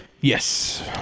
Yes